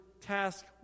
task